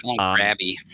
Grabby